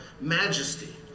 majesty